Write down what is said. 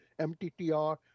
MTTR